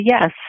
yes